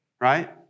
right